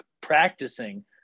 practicing